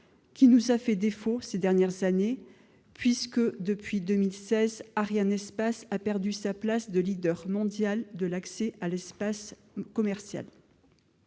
nous a fait défaut ces dernières années, puisque Arianespace a perdu sa place de leader mondial de l'accès à l'espace commercial